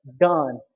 done